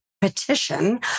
petition